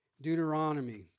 Deuteronomy